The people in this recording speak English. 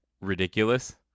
ridiculous